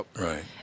Right